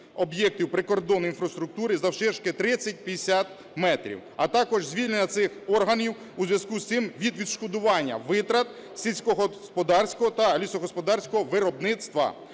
об'єктів прикордонної інфраструктури завширшки 30-50 метрів, а також звільнення цих органів у зв'язку із цим від відшкодування втрат сільськогосподарського та лісогосподарського виробництва.